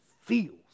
feels